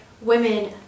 women